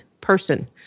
person